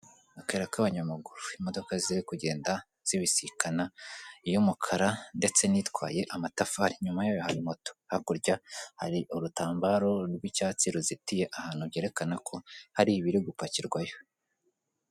Akayira k'abanyamaguru imodoka ziri kugenda zibisikana iy'umukara ndetse n'itwaye amatafari inyuma yayo hari moto hakurya hari urutambaro rw'icyatsi ruzitiye ahantu byerekana ko hari ibiri gupakirwayo.